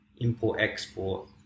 import-export